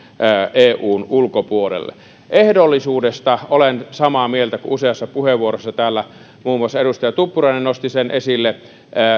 eun ulkopuolelle ehdollisuudesta olen samaa mieltä kuin oltiin useassa puheenvuorossa täällä muun muassa edustaja tuppurainen nosti sen esille